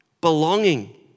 belonging